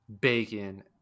bacon